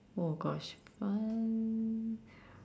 oh gosh uh